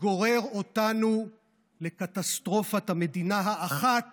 גורר אותנו לקטסטרופת המדינה האחת